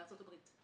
בארצות הברית.